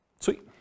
Sweet